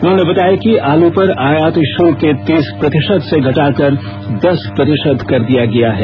उन्होंने बताया कि आलू पर आयात शुल्क तीस प्रतिशत से घटाकर दस प्रतिशत कर दिया गया है